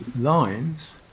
lines